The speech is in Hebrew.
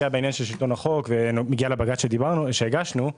ולפני שאגיע לבג"ץ שהגשנו,